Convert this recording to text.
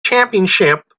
championship